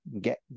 get